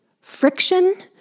friction